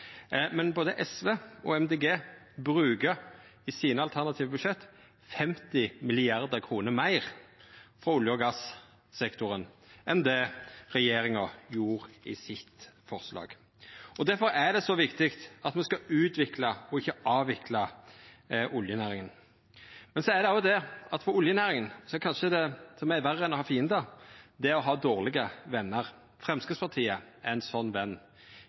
bruker i sine alternative budsjett 50 mrd. kr meir frå olje- og gassektoren enn det regjeringa gjorde i sitt forslag. Difor er det så viktig at me skal utvikla og ikkje avvikla oljenæringa. Men det som kanskje er verre for oljenæringa enn å ha fiendar, er å ha dårlege vener. Framstegspartiet er ein sånn